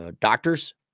doctors